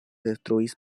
detruis